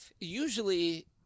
Usually